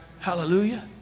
Hallelujah